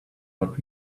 what